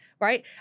right